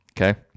Okay